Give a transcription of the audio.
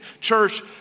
church